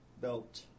belt